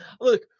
Look